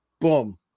boom